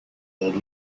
old